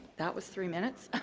that was three minutes?